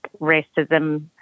racism